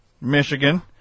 Michigan